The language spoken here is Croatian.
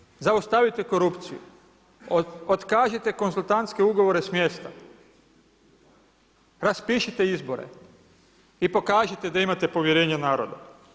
Prema tome, zaustavite korupciju, otkažite konzultantske ugovore smjesta, raspišite izbore i pokažite da imate povjerenje naroda.